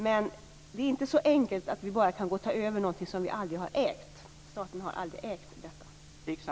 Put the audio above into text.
Men det är inte så enkelt att man bara kan gå in och ta över något som man aldrig har ägt. Staten har aldrig ägt detta.